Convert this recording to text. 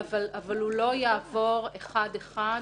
לא יעבור אחד אחד.